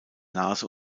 nase